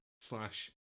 slash